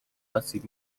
آسیب